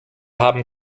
haben